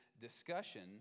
discussion